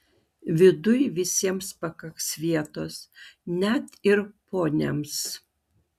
viduj visiems pakaks vietos net ir poniams